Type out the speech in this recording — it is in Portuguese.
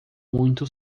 muito